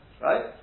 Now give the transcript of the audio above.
right